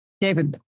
David